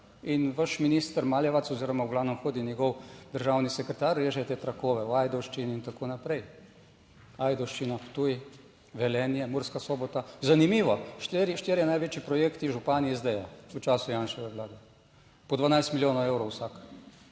in vaš minister Maljevac oziroma v glavnem hodi njegov državni sekretar, režete trakove v Ajdovščini in tako naprej. Ajdovščina, Ptuj, Velenje, Murska Sobota. Zanimivo je, štirje največji projekti, župan SD v času Janševe vlade, po 12 milijonov evrov vsak.